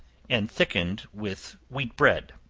and thickened with wheat bread.